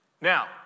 now